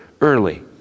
early